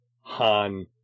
Han